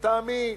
לטעמי,